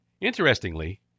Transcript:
Interestingly